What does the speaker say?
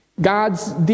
God's